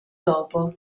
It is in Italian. dopo